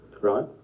right